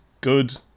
good